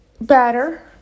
batter